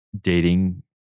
dating